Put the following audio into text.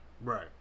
Right